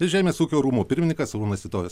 ir žemės ūkio rūmų pirmininkas arūnas svitojus